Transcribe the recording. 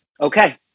Okay